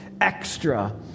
extra